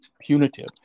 punitive